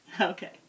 Okay